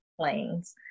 planes